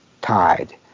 tied